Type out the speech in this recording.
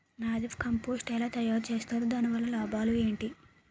NADEP compost ఎలా తయారు చేస్తారు? దాని వల్ల లాభాలు ఏంటి?